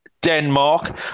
Denmark